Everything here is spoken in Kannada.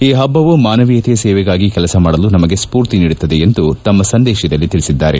ಈ ಹಬ್ಬವು ಮಾನವೀಯತೆಯ ಸೇವೆಗಾಗಿ ಕೆಲಸ ಮಾಡಲು ನಮಗೆ ಸ್ಪೂರ್ತಿ ನೀಡುತ್ತದೆ ಎಂದು ತಮ್ಮ ಸಂದೇಶದಲ್ಲಿ ತಿಳಿಸಿದ್ದಾರೆ